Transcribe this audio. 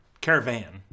Caravan